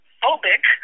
phobic